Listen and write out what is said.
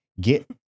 get